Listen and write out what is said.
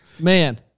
Man